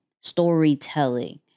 storytelling